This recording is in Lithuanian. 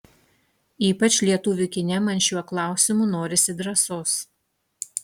ypač lietuvių kine man šiuo klausimu norisi drąsos